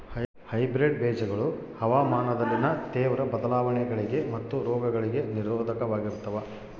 hybrid ಬೇಜಗಳು ಹವಾಮಾನದಲ್ಲಿನ ತೇವ್ರ ಬದಲಾವಣೆಗಳಿಗೆ ಮತ್ತು ರೋಗಗಳಿಗೆ ನಿರೋಧಕವಾಗಿರ್ತವ